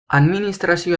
administrazioa